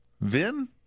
Vin